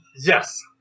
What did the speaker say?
Yes